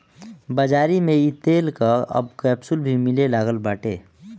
बाज़ारी में इ तेल कअ अब कैप्सूल भी मिले लागल बाटे